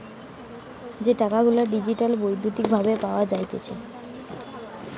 যে টাকা গুলা ডিজিটালি বৈদ্যুতিক ভাবে পাওয়া যাইতেছে